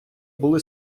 були